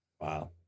Wow